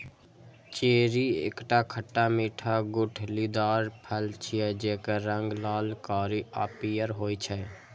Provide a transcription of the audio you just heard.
cherry एकटा खट्टा मीठा गुठलीदार फल छियै, जेकर रंग लाल, कारी आ पीयर होइ छै